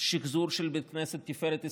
שחזור של בית כנסת תפארת ישראל,